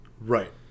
Right